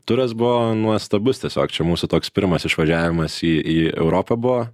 turas buvo nuostabus tiesiog čia mūsų toks pirmas išvažiavimas į į europą buvo